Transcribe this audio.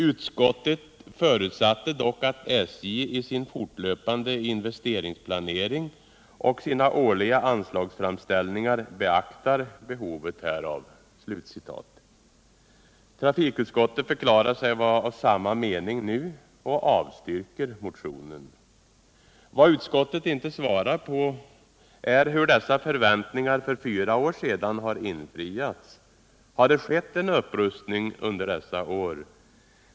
Utskottet förutsatte dock att SJ i sin fortlöpande investeringsplanering och sina årliga anslagsframställningar beaktar behovet härav.” Trafikutskottet förklarar sig vara av samma mening nu och avstyrker motionen. Vad utskottet inte svarar på är hur dess förväntningar för fyra år sedan har infriats. Har det skett en upprustning under dessa år?